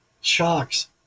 shocks